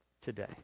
today